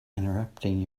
interrupting